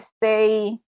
stay